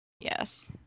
yes